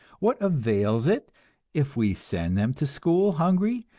what avails it if we send them to school hungry,